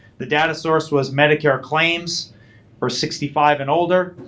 the data source was medicare claims for sixty five and older.